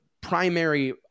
primary